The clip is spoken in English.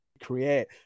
create